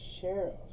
Sheriff